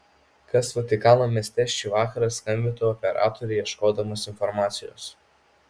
kas vatikano mieste šį vakarą skambintų operatoriui ieškodamas informacijos